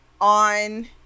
on